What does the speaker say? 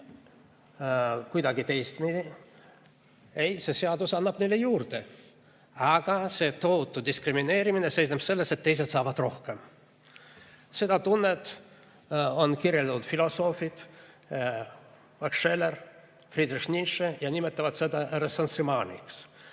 kuidagi teistmoodi? Ei, see seadus annab neile juurde. Aga see tohutu diskrimineerimine seisneb selles, et teised saavad rohkem. Seda tunnet on kirjeldanud filosoofid, nagu Max Scheler, Friedrich Nietzsche, ja nad nimetavad sedaressentiment'iks.